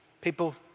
people